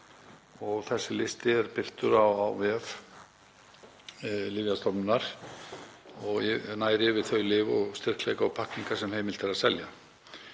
Þessi listi er birtur á vef Lyfjastofnunar og nær yfir þau lyf, styrkleika og pakkningar sem heimilt er að selja.